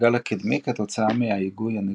הגלגל הקדמי כתוצאה מהיגוי נגדי.